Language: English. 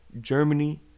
Germany